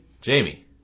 Jamie